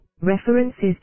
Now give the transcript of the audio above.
References